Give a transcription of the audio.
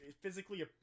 physically